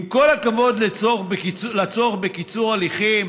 עם כל הכבוד לצורך בקיצור הליכים,